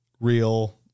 real